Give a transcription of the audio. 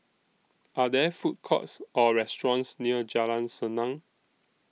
Are There Food Courts Or restaurants near Jalan Senang